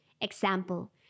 Example